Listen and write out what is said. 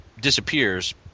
disappears